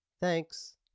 Thanks